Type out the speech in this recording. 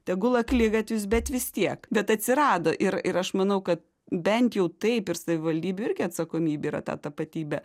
tegul akligatvis bet vis tiek bet atsirado ir ir aš manau kad bent jau taip ir savivaldybių irgi atsakomybė yra tą tapatybę